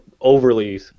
overly